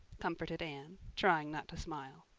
comforted anne, trying not to smile.